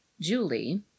Julie